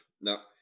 Now